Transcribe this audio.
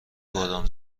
بادام